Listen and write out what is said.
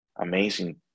amazing